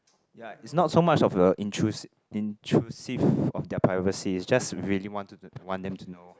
ya it's not so much of a intrus~ intrusive of their privacy it's just really wanted to want them to know